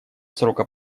срока